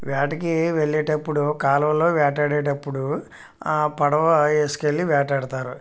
వేటకి వెళ్ళేటప్పుడు కాలవలో వేటాడేటప్పుడు పడవ వేసుకెళ్ళి వేటాడుతారు